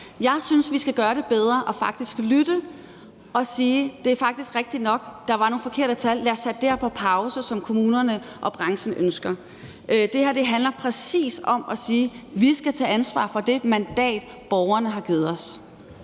Jeg synes, vi skal gøre det bedre og faktisk lytte til folk og sige: Det er rigtigt nok, at der var nogle forkerte tal; lad os sætte det her på pause, sådan som kommunerne og branchen ønsker. Det her handler præcis om at sige: Vi skal tage ansvar for det mandat, borgerne har givet os.